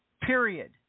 period